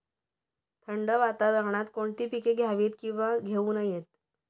थंड वातावरणात कोणती पिके घ्यावीत? किंवा घेऊ नयेत?